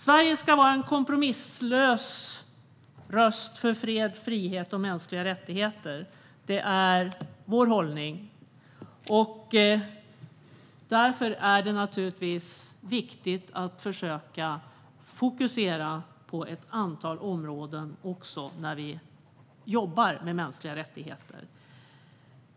Sverige ska vara en kompromisslös röst för fred, frihet och mänskliga rättigheter. Det är vår hållning. Därför är det naturligtvis viktigt att försöka fokusera på ett antal områden också när vi jobbar med frågor om mänskliga rättigheter.